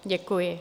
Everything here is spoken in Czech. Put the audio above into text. Děkuji.